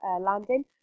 landing